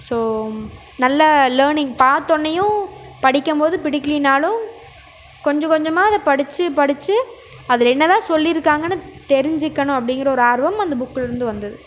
so நல்ல learning பாத்தோடனியும் படிக்கும் போது பிடிக்கிலைனாலும் கொஞ்சம் கொஞ்சமாக அதை படித்து படித்து அதில் என்னதான் சொல்லியிருக்காங்கன்னு தெரிஞ்சிக்கணும் அப்டிங்கிற ஒரு ஆர்வம் அந்த புக்குலேர்ந்து வந்தது